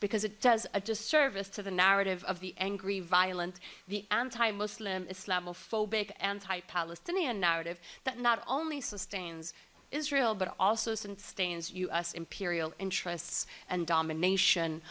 because it does a disservice to the narrative of the angry violent the anti muslim islam a phobic anti palestinian narrative that not only sustains israel but also some stains us imperial interests and domination